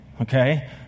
okay